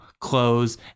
clothes